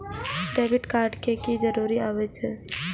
Debit card के की जरूर आवे छै?